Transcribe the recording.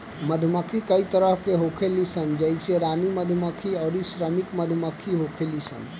मधुमक्खी कई तरह के होखेली सन जइसे रानी मधुमक्खी अउरी श्रमिक मधुमक्खी होखेली सन